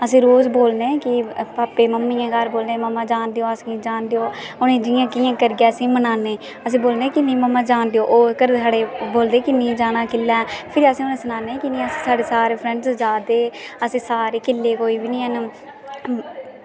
अस रोज़ बोलने की भापा मम्मी गी बोलने की असें ई जान देओ असें ई जान देओ अस जियां कियां करियै अस मनाने अस बोलनै की मम्मा सानूं जान देओ ओह् घरै दे साढ़े बोलदे की निं जाना ते अस घरें आह्लें गी सनाने की साढ़े सारे फ्रैंड्स जा दे अस सारे कल्लै कोई बी निं हैन